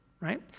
right